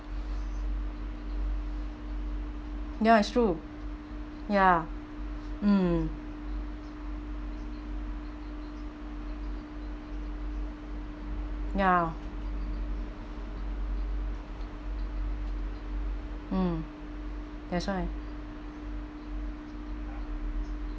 ya it's true ya mm ya mm that's why